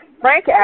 Frank